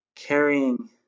Carrying